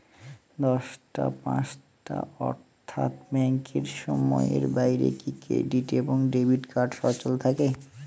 দশটা পাঁচটা অর্থ্যাত ব্যাংকের সময়ের বাইরে কি ক্রেডিট এবং ডেবিট কার্ড সচল থাকে?